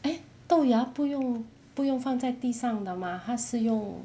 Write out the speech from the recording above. eh 豆芽不用不用放在地上的 mah 它是用